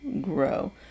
grow